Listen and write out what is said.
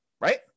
right